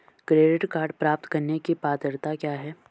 Credit card प्राप्त करने की पात्रता क्या है?